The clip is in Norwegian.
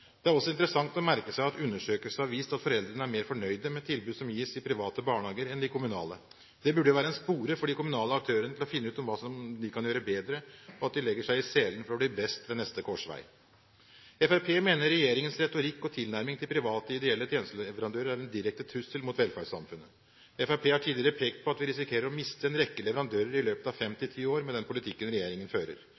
Det er også interessant å merke seg at undersøkelser har vist at foreldrene er mer fornøyd med tilbudet som gis i private barnehager, enn i de kommunale. Det burde jo være en spore for de kommunale aktørene til å finne ut hva de kan gjøre bedre, og at de legger seg i selen for å bli best ved neste korsvei. Fremskrittspartiet mener regjeringens retorikk og tilnærming til private og ideelle tjenesteleverandører er en direkte trussel mot velferdssamfunnet. Fremskrittspartiet har tidligere pekt på at vi risikerer å miste en rekke leverandører i løpet av